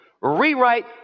rewrite